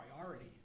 priority